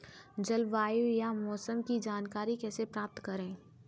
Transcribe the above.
जलवायु या मौसम की जानकारी कैसे प्राप्त करें?